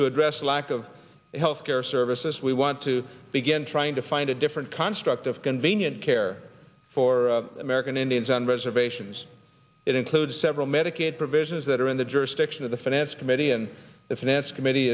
to address the lack of health care services we want to begin trying to find a different construct of convenient care for american indians on reservations it includes several medicaid provisions that are in the jurisdiction of the finance committee and the finance committee